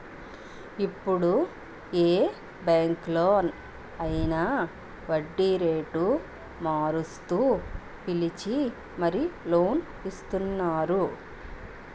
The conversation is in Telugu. ఇప్పుడు ఏ బాంకులో అయినా వడ్డీరేటు మారుస్తూ పిలిచి మరీ లోన్ ఇస్తున్నారు